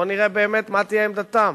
בוא נראה באמת מה תהיה עמדתם.